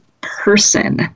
person